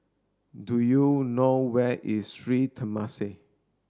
do you know where is Sri Temasek